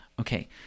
Okay